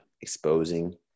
exposing